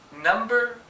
number